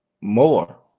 more